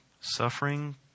suffering